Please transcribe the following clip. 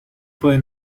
puede